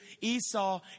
Esau